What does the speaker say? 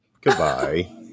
Goodbye